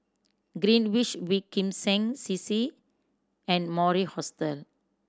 Greenwich V Kim Seng C C and Mori Hostel